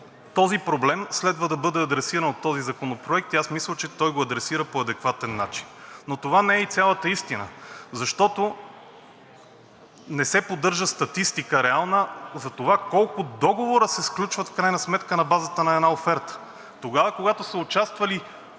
този проблем следва да бъде адресиран от този законопроект и аз мисля, че той го адресира по адекватен начин. Но това не е и цялата истина, защото не се поддържа реална статистика за това колко договора се сключват в крайна сметка на базата на една оферта. Тогава, когато са участвали